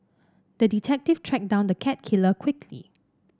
the detective tracked down the cat killer quickly